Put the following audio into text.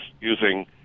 using